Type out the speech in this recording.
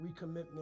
recommitment